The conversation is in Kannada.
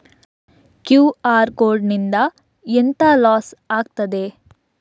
ಕ್ಯೂ.ಆರ್ ಕೋಡ್ ನಿಂದ ಎಂತ ಲಾಸ್ ಆಗ್ತದೆ?